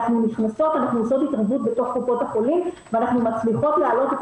אנחנו נכנסות ועושות התערבות בתוך קופות החולים ואנחנו מצליחות להעלות את